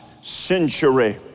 century